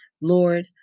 Lord